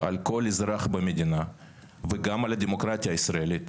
על כל אזרח במדינה וגם על הדמוקרטיה הישראלית